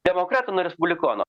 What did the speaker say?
demokratą nuo respublikono